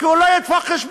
כי הוא לא ידפוק חשבון.